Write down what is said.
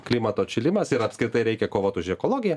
klimato atšilimas ir apskritai reikia kovot už ekologiją